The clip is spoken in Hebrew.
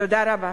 תודה רבה.